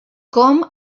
com